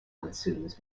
ensues